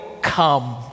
come